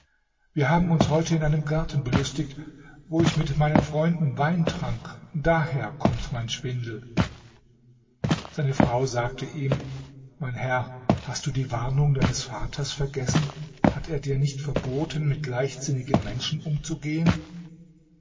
wir haben uns heute in einem garten belustigt wo ich mit meinen freunden wein trank daher kommt mein schwindel seine frau sagte ihm mein herr hast du die warnung deines vaters vergessen hat er dir nicht verboten mit leichtsinnigen menschen umzugehen